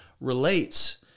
relates